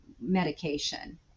medication